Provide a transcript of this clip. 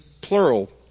plural